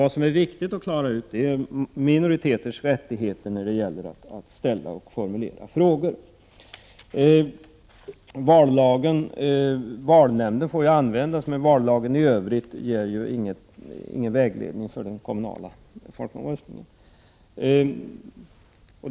Vad som är viktigt är minoriteters rättigheter när det gäller att ställa och formulera frågor. Valnämnden får användas, men vallagen ger i övrigt ingen vägledning beträffande den kommunala folkomröstningen.